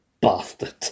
bastard